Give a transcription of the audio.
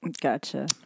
Gotcha